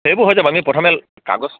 সেইবোৰ হৈ যাব আমি প্ৰথমে কাগজ